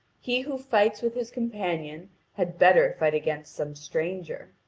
he who fights with his companion had better fight against some stranger.